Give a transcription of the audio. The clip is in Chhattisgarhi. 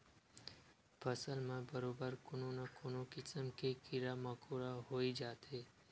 फसल म बरोबर कोनो न कोनो किसम के कीरा मकोरा होई जाथे